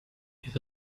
his